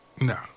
No